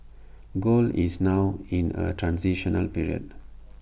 gold is now in A transitional period